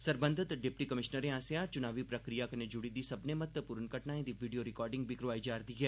सरबंघत डिप्टी कमिशनरें आसेआ चुनावी प्रक्रिया कन्नै जुड़ी दी सब्मने महत्वपूर्ण घटनाएं दी वीडियो रिकार्डिंग बी करोआई जा'रदी ऐ